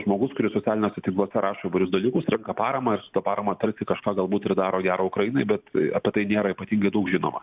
žmogus kuris socialiniuose tinkluose rašo įvairius dalykus renka paramą ir su ta parama tarsi kažką galbūt ir daro gero ukrainai bet apie tai nėra ypatingai daug žinoma